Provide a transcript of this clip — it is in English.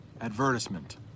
advertisement